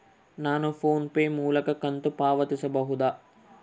ನಾವು PhonePe ಮೂಲಕ ಕಂತು ಪಾವತಿಸಬಹುದಾ?